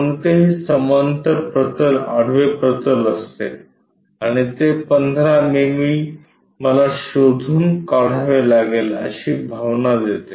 कोणतेही समांतर प्रतल आडवे प्रतल असते आणि ते 15 मिमी मला शोधून काढावे लागेल अशी भावना देते